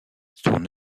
son